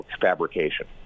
fabrication